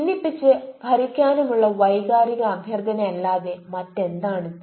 ഭിന്നിപ്പിച്ച് ഭരിക്കാനുമുള്ള വൈകാരിക അഭ്യർത്ഥനയല്ലാതെ മറ്റെന്താണ് ഇത്